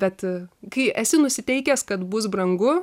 bet kai esi nusiteikęs kad bus brangu